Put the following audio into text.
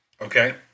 Okay